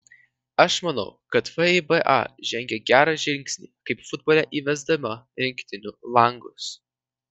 aš manau kad fiba žengė gerą žingsnį kaip futbole įvesdama rinktinių langus